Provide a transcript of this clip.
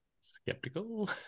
Skeptical-